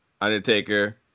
Undertaker